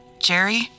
Jerry